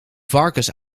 varkens